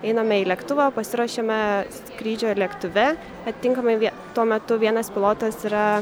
einame į lėktuvą pasiruošiame skrydžio lėktuve atitinkamai vie tuo metu vienas pilotas yra